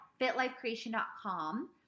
fitlifecreation.com